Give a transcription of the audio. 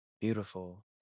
Beautiful